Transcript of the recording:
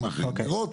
עם אחרים לראות.